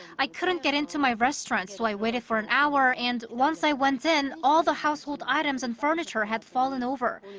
i couldn't get into my restaurant, so i waited for an hour and once i went in, all the household items and furniture had fallen over.